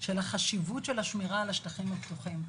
של חשיבות השמירה על השטחים הפתוחים.